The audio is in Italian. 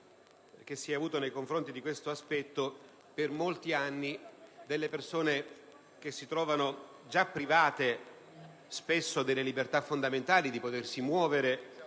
che si è avuta nei confronti di questo aspetto, per molti anni persone che spesso si trovano già private delle libertà fondamentali di potersi muovere